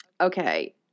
okay